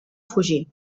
fugir